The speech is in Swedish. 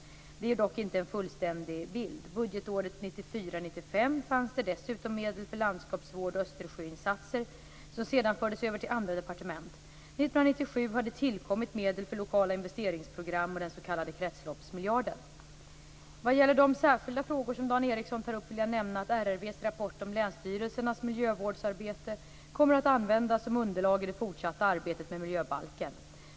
Detta ger dock inte en fullständig bild. Budgetåret 1994/95 fanns det dessutom medel för landskapsvård och östersjöinsatser som sedan fördes över till andra departement. År 1997 har det tillkommit medel för lokala investeringsprogram och den s.k. kretsloppsmiljarden. Vad gäller de särskilda frågor som Dan Ericsson tar upp vill jag nämna att RRV:s rapport om länsstyrelsernas miljövårdsarbete kommer att användas som underlag i det fortsatta arbetet med miljöbalken.